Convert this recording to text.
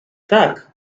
tak